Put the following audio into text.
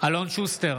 אלון שוסטר,